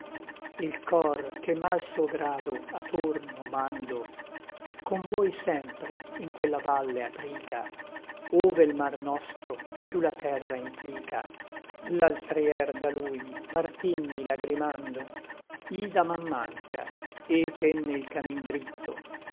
il cor che mal suo grado a torno mando è con voi sempre in quella valle aprica ove l mar nostro piú la terra implica l'altrier da lui partimmi lagrimando i da man manca e tenne il camin dritto